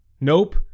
nope